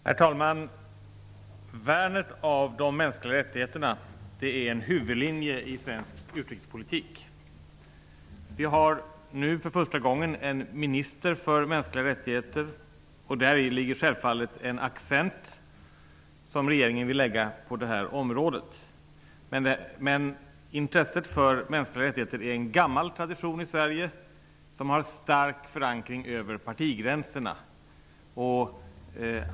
Herr talman! Värnandet om de mänskliga rättigheterna är en huvudlinje i svensk utrikespolitik. Vi har för första gången en minister för mänskliga fri och rättigheter. Däri ligger självfallet en accent som regeringen vill lägga på detta område. Men intresset för mänskliga rättigheter är en gammal tradition i Sverige och det har en stark förankring över partigränserna.